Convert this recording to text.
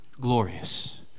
Glorious